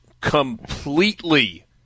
completely